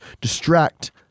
Distract